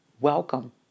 Welcome